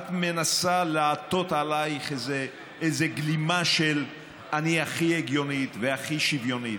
את מנסה לעטות עלייך איזה גלימה של אני הכי הגיונית והכי שוויונית,